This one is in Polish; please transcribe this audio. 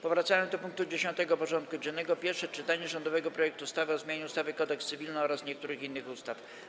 Powracamy do rozpatrzenia punktu 10. porządku dziennego: Pierwsze czytanie rządowego projektu ustawy o zmianie ustawy Kodeks cywilny oraz niektórych innych ustaw.